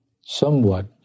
somewhat